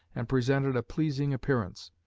and presented a pleasing appearance.